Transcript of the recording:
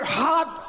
hot